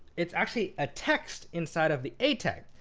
it's actually a text inside of the a tag.